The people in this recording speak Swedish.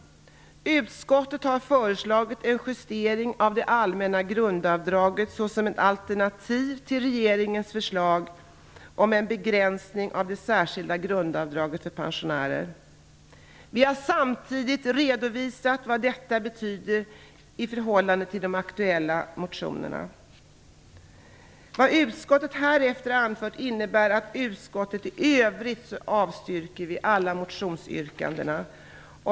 Utskottet har föreslagit en justering av det allmänna grundavdraget som ett alternativ till regeringens förslag om en begränsning av det särskilda grundavdraget för pensionärer. Vi har samtidigt redovisat vad detta betyder i förhållande till de aktuella motionerna. Vad utskottet härefter anfört innebär att utskottet i övrigt avstyrker alla motionsyrkanden.